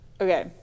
okay